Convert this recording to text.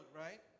right